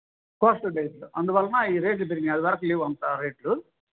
coastal based అందువలన ఈ రేట్లు పెరిగినాయి అది వరకు లేవు అంత రేట్లు